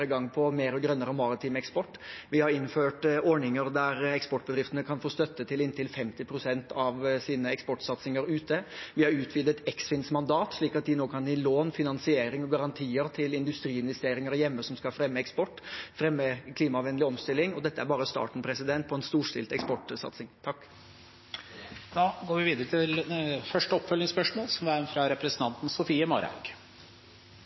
gang på mer og grønnere maritim eksport, vi har innført ordninger der eksportbedriftene kan få støtte til inntil 50 pst. av sine eksportsatsinger ute, og vi har utvidet Eksfins mandat, slik at de nå kan gi lån, finansiering og garantier til industriinvesteringer hjemme som skal fremme eksport og klimavennlig omstilling. Og dette er bare starten på en storstilt eksportsatsing.